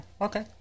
Okay